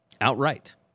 outright